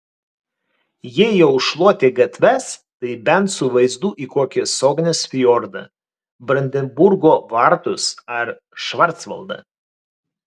jei jau šluoti gatves tai bent su vaizdu į kokį sognės fjordą brandenburgo vartus ar švarcvaldą